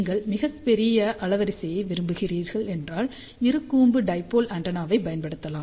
நீங்கள் மிகப் பெரிய அலைவரிசையை விரும்புகிறீர்கள் என்றால் இரு கூம்பு டைபோல் ஆண்டெனாவைப் பயன்படுத்தலாம்